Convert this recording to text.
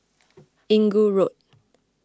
Inggu Road